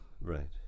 right